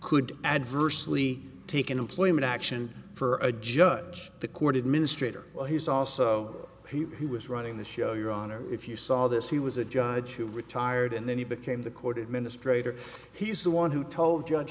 could adversely take an employment action for a judge the court administrator well he's also he was running the show your honor if you saw this he was a judge who retired and then he became the court administrator he's the one who told judge